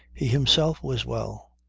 he himself was well.